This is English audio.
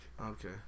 okay